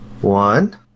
One